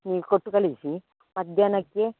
ನೀವು ಕೊಟ್ಟು ಕಳಿಸಿ ಮಧ್ಯಾಹ್ನಕ್ಕೆ